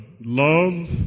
love